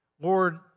Lord